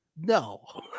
No